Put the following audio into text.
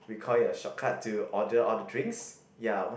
we call it a shortcut to order all the drinks ya what